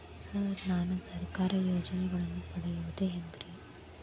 Sir ನಾನು ಸರ್ಕಾರ ಯೋಜೆನೆಗಳನ್ನು ಪಡೆಯುವುದು ಹೆಂಗ್ರಿ?